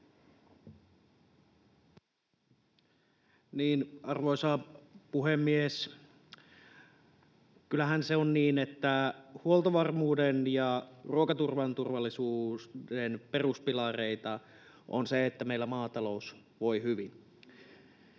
Arvoisa puhemies! Kyllähän se on niin, että huoltovarmuuden ja ruokaturvan turvallisuuden peruspilareita on se, että meillä maatalous voi hyvin.